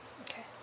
Okay